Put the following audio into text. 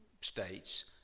states